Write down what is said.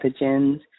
pathogens